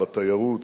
בתיירות,